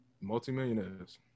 multimillionaires